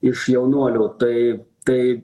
iš jaunuolių tai tai